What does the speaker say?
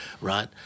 right